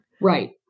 Right